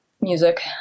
Music